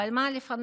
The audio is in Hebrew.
אבל מה לפנינו?